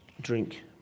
drink